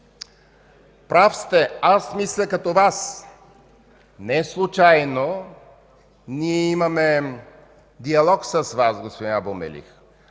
прав сте, аз мисля като Вас. Неслучайно ние имаме диалог с Вас, господин Абу Мелих.